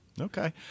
Okay